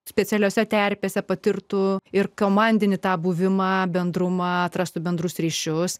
specialiose terpėse patirtų ir komandinį tą buvimą bendrumą atrastų bendrus ryšius